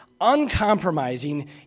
uncompromising